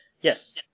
Yes